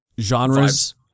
genres